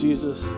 Jesus